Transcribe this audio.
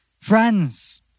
friends